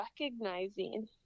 recognizing